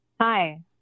Hi